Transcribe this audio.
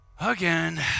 again